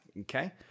Okay